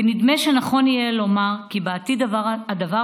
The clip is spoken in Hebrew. ונדמה שיהיה נכון לומר כי בעתיד הדבר